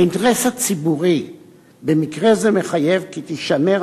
האינטרס הציבורי במקרה זה מחייב כי תישמר,